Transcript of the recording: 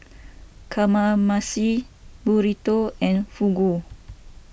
Kamameshi Burrito and Fugu